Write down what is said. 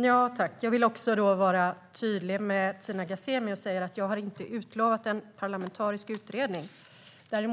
Fru talman! Låt mig vara tydlig och säga att jag inte har utlovat en parlamentarisk utredning. Jag